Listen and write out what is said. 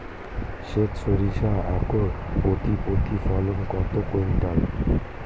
সেত সরিষা একর প্রতি প্রতিফলন কত কুইন্টাল?